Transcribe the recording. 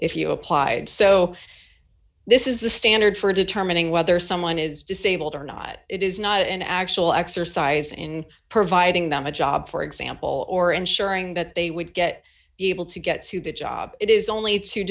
if you applied so this is the standard for determining whether someone is disabled or not it is not an actual exercise in providing them a job for example or ensuring that they would get evil to get to the job it is only to